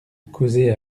causer